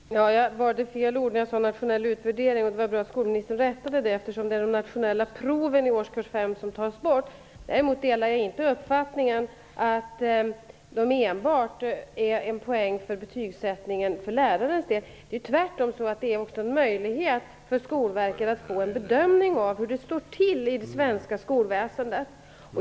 Herr talman! Jag valde fel ord när jag sade nationell utvärdering. Det var bra att skolministern rättade det, eftersom det är de nationella proven i årskurs 5 Däremot delar jag inte uppfattningen att de enbart är en poäng för betygssättningen för lärarens del. Det är tvärtom också en möjlighet för Skolverket att få en bedömning av hur det står till i det svenska skolväsendet.